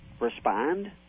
respond